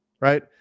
right